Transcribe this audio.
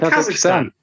Kazakhstan